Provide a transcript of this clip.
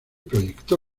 proyectó